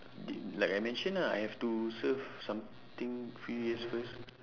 did like I mention ah I have to serve something few years first